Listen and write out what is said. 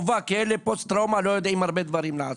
כי הפוסט טראומטיים לא יודעים לעשות הרבה דברים,